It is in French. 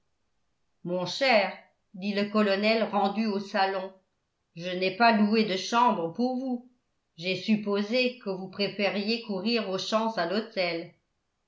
mon cher dit le colonel rendu au salon je n'ai pas loué de chambre pour vous j'ai supposé que vous préfériez courir vos chances à l'hôtel